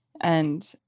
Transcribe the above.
and-